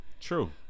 True